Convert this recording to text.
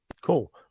Cool